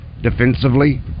defensively